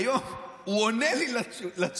היום הוא עונה לי על שאלה.